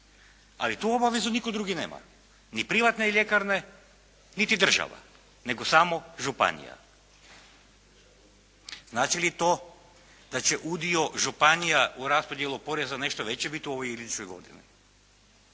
ali tu obavezu nitko drugi nema, ni privatne ljekarne niti država nego samo županija. Znači li to da će udio županija u raspodjelu poreza nešto veći biti u ovoj ili idućoj godini?